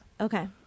Okay